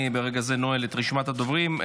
אני ברגע זה נועל את רשימת הדוברים.